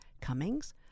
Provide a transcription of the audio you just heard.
Cummings